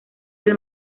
del